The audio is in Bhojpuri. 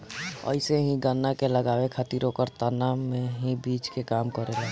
अइसे ही गन्ना के लगावे खातिर ओकर तना ही बीज के काम करेला